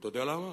אתה יודע למה?